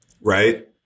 Right